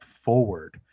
forward